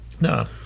No